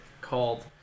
called